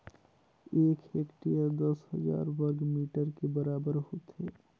एक हेक्टेयर दस हजार वर्ग मीटर के बराबर होथे